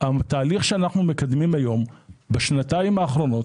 התהליך שאנחנו מקדמים בשנתיים האחרונות